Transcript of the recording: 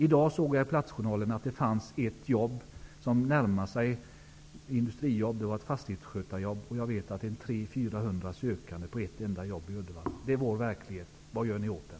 I dag såg jag i Platsjournalen att det fanns ett jobb som man kan tänka sig att en industriarbetare kan söka. Det var ett fastighetsskötarjobb, och jag vet att det är 300--400 sökande på ett enda jobb. Det är vår verklighet. Vad gör ni åt den?